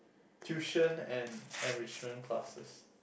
tuition and enrichment classes